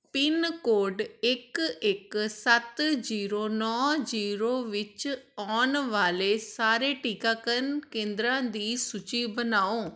pin code ਇੱਕ ਇੱਕ ਸੱਤ ਜੀਰੋ ਨੌਂ ਜੀਰੋ ਵਿੱਚ ਆਉਣ ਵਾਲੇ ਸਾਰੇ ਟੀਕਾਕਰਨ ਕੇਂਦਰਾਂ ਦੀ ਸੂਚੀ ਬਣਾਓ